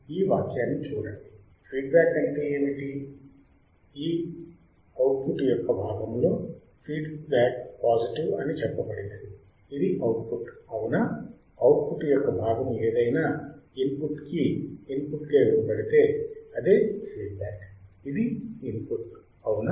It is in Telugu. ఈ వాక్యాన్ని చూడండి ఫీడ్ బ్యాక్ అంటే ఏమిటి ఈ ఆ అవుట్ పుట్ యొక్క బాగములో ఫీడ్ బ్యాక్ పాజిటివ్ అని చెప్పబడినది ఇది అవుట్ పుట్ అవునా అవుట్ పుట్ యొక్క భాగము ఏదైనా ఇన్ పుట్ కి ఇన్ పుట్ గా ఇవ్వబడితే అదే ఫీడ్ బ్యాక్ ఇది ఇన్పుట్ అవునా